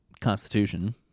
Constitution